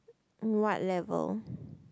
what level